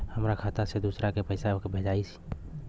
हमरा खाता से दूसरा में कैसे पैसा भेजाई?